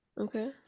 Okay